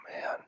man